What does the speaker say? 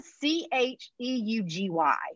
c-h-e-u-g-y